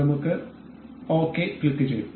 ഞങ്ങൾ ശരി ക്ലിക്കുചെയ്യും